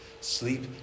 Sleep